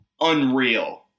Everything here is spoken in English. unreal